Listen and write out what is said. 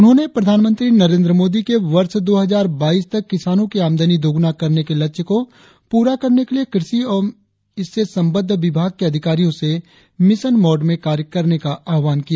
उन्होंने प्रधानमंत्री नरेंद्र मोदी के वर्ष दो हजार बाइस तक किसानो की आमदनी दोगुना करने के लक्ष्य को पूरा करने के लिए कृषि एवं इससे संबंद्व विभाग के अधिकरियो से मिशन माँड में कार्य करने का आह्वान किया